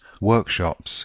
workshops